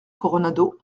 coronado